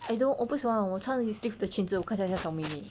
I don't 我不喜欢我穿有的裙子我看起来像小妹妹